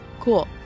Cool